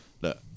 look